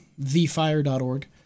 thefire.org